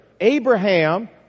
Abraham